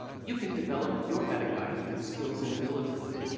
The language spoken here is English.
you can develop your metacognitive skills and abilities,